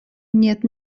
нет